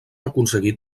aconseguir